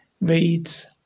reads